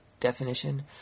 definition